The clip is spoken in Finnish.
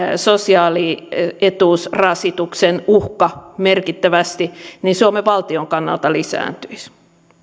sosiaalietuusrasituksen uhka merkittävästi suomen valtion kannalta lisääntyisi